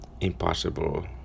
impossible